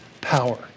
power